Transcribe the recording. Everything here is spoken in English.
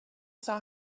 saw